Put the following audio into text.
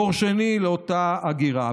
דור שני לאותה הגירה.